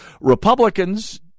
Republicans